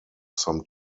some